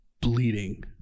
bleeding